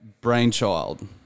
brainchild